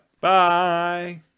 Bye